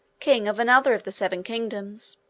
king of another of the seven kingdoms.